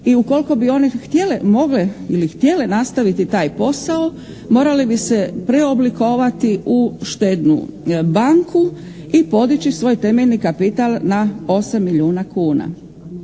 i ukoliko bi one htjele, mogle ili htjele nastaviti taj posao morale bi se oblikovati u štednu banku i podići svoj temeljni kapital na 8 milijuna kuna.